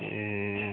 ए